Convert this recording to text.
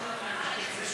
חוק המפלגות (תיקון